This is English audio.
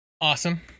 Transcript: awesome